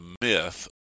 myth